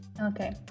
Okay